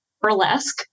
burlesque